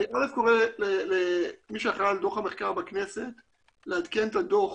אני דבר ראשון קורא למי שאחראי על דוח המחקר בכנסת לעדכן את הדוח